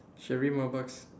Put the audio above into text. should read more books